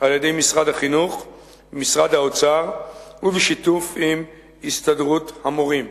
על-ידי משרד החינוך ומשרד האוצר ובשיתוף עם הסתדרות המורים.